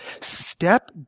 Step